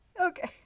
Okay